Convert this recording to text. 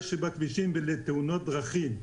לבלאי בכבישים ולתאונות דרכים,